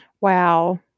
Wow